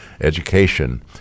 education